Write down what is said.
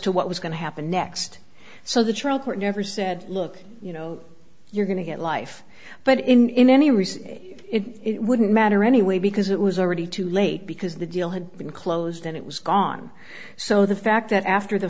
to what was going to happen next so the trial court never said look you know you're going to get life but in any research it wouldn't matter anyway because it was already too late because the deal had been closed and it was gone so the fact that after the